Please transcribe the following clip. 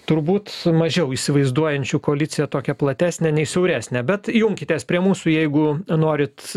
turbūt su mažiau įsivaizduojančių koalicija tokia platesnė nei siauresnė bet junkitės prie mūsų jeigu norit